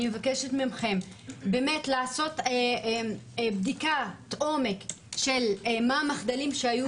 אני מבקשת מכם באמת לעשות בדיקת עומק של המחדלים שהיו